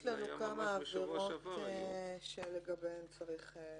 יש לנו כמה עבירות שלגביהן צריך גם: